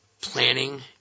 planning